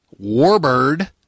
Warbird